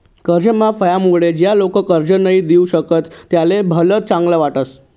कर्ज माफ व्हवामुळे ज्या लोक कर्ज नई दिऊ शकतस त्यासले भलत चांगल वाटस